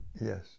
Yes